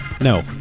No